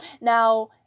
Now